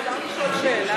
אפשר לשאול שאלה?